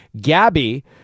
Gabby